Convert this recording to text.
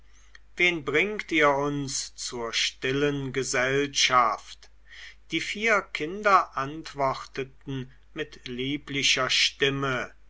wen bringt ihr uns zur stillen gesellschaft die vier kinder antworteten mit lieblicher stimme